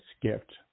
skipped